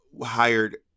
hired